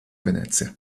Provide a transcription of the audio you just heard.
venezia